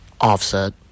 offset